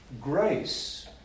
grace